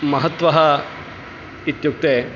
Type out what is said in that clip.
महत्वम् इत्युक्ते